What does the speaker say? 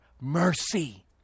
Mercy